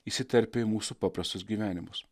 įsiterpę į mūsų paprastus gyvenimus